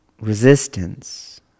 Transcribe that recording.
resistance